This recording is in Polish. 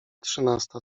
trzynasta